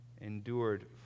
endured